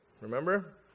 Remember